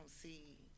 see